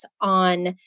on